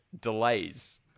delays